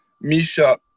Misha